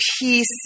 peace